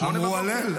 08:00. אמרו הלל,